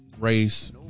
Race